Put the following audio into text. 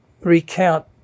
recount